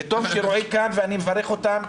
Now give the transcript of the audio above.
וטוב שרועי כאן ואני מברך אותם,